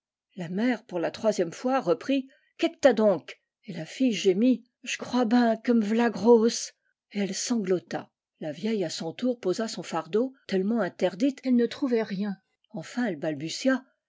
la mère pour la troisième fois reprit que que t'as donc et la fille gémit je crois ben que me v'ia grosse et elle sanglota la vieille à son tour posa son fardeau tellement interdite qu'elle ne trouvait rien enfin elle balbutia